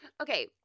Okay